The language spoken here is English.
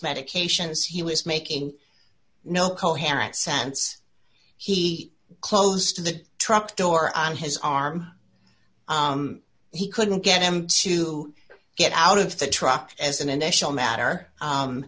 medications he was making no coherent sense he closed to the truck door on his arm he couldn't get him to get out of the truck as an initial matter